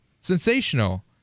sensational